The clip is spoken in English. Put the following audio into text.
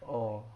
orh